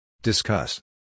Discuss